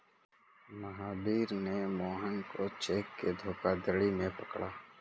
महावीर ने मोहन को चेक के धोखाधड़ी में पकड़ा